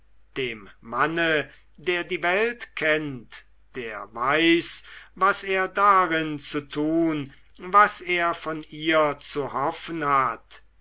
dem manne der die welt kennt der weiß was er darin zu tun was er von ihr zu hoffen hat